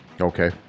okay